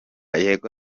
yego